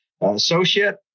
associate